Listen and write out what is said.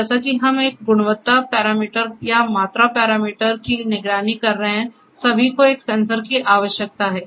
तो जैसे कि हम एक गुणवत्ता पैरामीटर या मात्रा पैरामीटर की निगरानी कर रहे हैं सभी को एक सेंसर की आवश्यकता है